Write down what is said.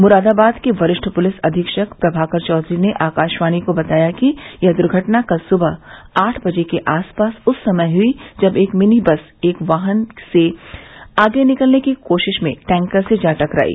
मुरादाबाद के वरिष्ठ पुलिस अधीक्षक प्रभाकर चौधरी ने आकाशवाणी को बताया कि यह दुर्घटना कल सुबह आठ बजे के आसपास उस समय हुई जब एक मिनी बस एक वाहन से आगे निकलने की कोशिश में टैंकर से जा टकराई